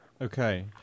Okay